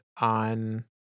on